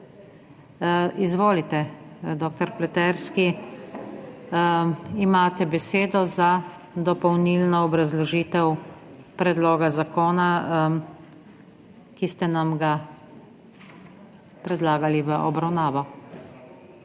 Izvolite, dddr. Pleterski. Imate besedo za dopolnilno obrazložitev predloga zakona, ki ste nam ga predlagali v obravnavo.